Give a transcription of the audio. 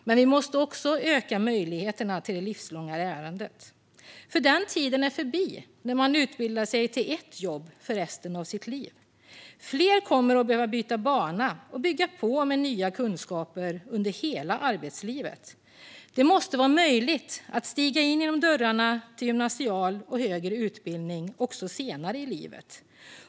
Men vi måste också öka möjligheterna till det livslånga lärandet. Den tid är förbi när man utbildade sig till ett jobb för resten av sitt liv. Fler kommer att behöva byta bana och bygga på med nya kunskaper under hela arbetslivet. Det måste vara möjligt att stiga in genom dörrarna till gymnasial och högre utbildning också senare i livet.